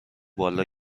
بالا